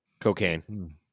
Cocaine